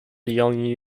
young